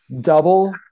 double